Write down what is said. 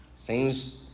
Seems